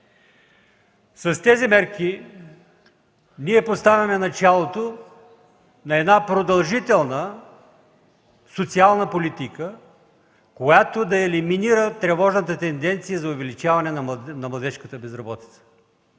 С тези мерки ние поставяме началото на една продължителна социална политика, която да елиминира тревожната тенденция за увеличаване на младежката безработица.